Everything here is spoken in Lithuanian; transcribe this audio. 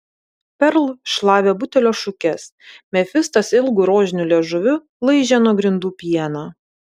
perl šlavė butelio šukes mefistas ilgu rožiniu liežuviu laižė nuo grindų pieną